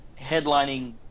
headlining